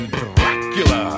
dracula